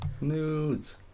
nudes